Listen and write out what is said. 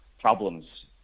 problems